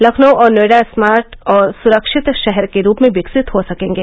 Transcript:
लखनऊ और नोएडा स्मार्ट और सुरक्षित शहर के रूप में विकसित हो सकेंगे